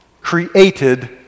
created